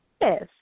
Yes